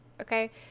Okay